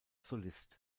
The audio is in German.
solist